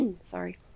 sorry